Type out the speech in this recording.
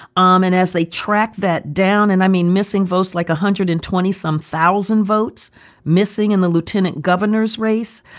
um and as they tracked that down and i mean, missing votes like one hundred and twenty some thousand votes missing in the lieutenant governor's race,